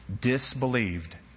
disbelieved